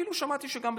אפילו שמעתי שגם בצרפת.